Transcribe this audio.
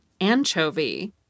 anchovy